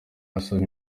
asaba